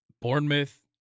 Bournemouth